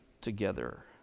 together